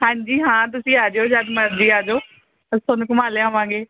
ਹਾਂਜੀ ਹਾਂ ਤੁਸੀਂ ਆਜਿਓ ਜਦ ਮਰਜ਼ੀ ਆ ਜਿਓ ਅਸੀਂ ਤੁਹਾਨੂੰ ਘੁੰਮਾ ਲਿਆਵਾਂਗੇ